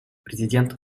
президент